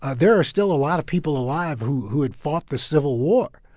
ah there are still a lot of people alive who who had fought the civil war.